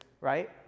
right